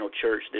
church